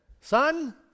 Son